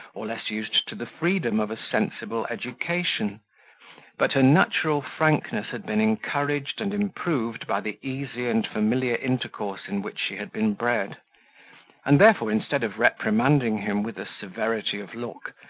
or less used to the freedom of a sensible education but her natural frankness had been encouraged and improved by the easy and familiar intercourse in which she had been bred and therefore, instead of reprimanding him with a severity of look,